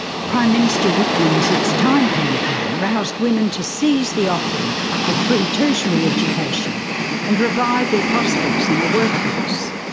prime minister whitlam's it's time campaign roused women to seize the offering of free tertiary education and revive their prospects in the workplace.